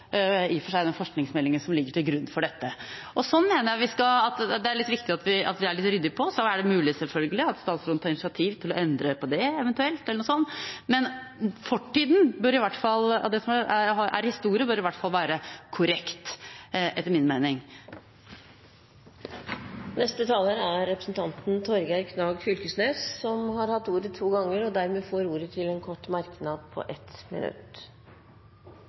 og for seg skal følge opp den forskningsmeldingen som ligger til grunn for dette. Her mener jeg det er litt viktig at vi er litt ryddige. Så er det mulig, selvfølgelig, at statsråden tar initiativ til eventuelt å endre på dette, men fortida – det som er historie – bør i hvert fall være korrekt, etter min mening. Representanten Torgeir Knag Fylkesnes har hatt ordet to ganger tidligere og får ordet til en kort merknad, begrenset til 1 minutt. Det kom plutseleg ei kraftsalve på